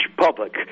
public